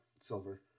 silver